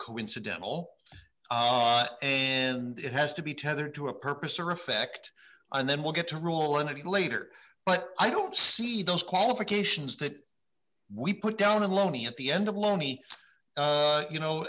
coincidental and it has to be tethered to a purpose or effect and then we'll get to rule on it later but i don't see those qualifications that we put down and loney at the end of loney you know